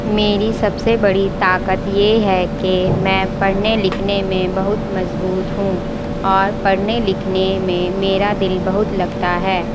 میری سب سے بڑی طاقت یہ ہے کہ میں پڑھنے لکھنے میں بہت مضبوط ہوں اور پڑھنے لکھنے میں میرا دل بہت لگتا ہے